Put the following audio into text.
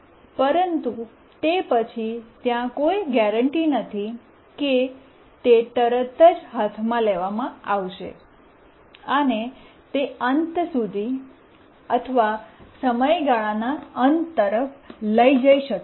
પરંતુ તે પછી ત્યાં કોઈ ગેરેંટી નથી કે તે તરત જ હાથમાં લેવામાં આવશે અને તે અંત સુધી અથવા સમયગાળાના અંત તરફ લઈ જઈ શકે છે